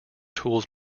tools